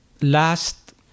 last